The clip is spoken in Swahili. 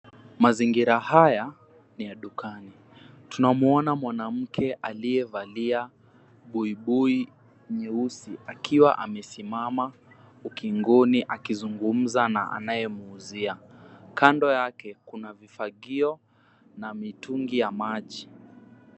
Mazingira haya ni ya dukani. Tunamwona mwanamke aliyevalia buibui nyeusi akiwa amesimama ukingoni akizungumza na anayemuzia. Kando yake kuna vifagio na mitungi ya maji.